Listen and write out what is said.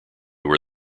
were